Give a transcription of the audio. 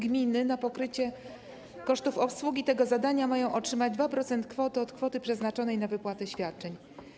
Gminy na pokrycie kosztów obsługi tego zadania mają otrzymać 2% kwoty przeznaczonej na wypłaty świadczeń.